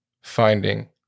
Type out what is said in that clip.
finding